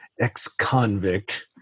ex-convict